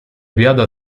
biada